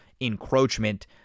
Encroachment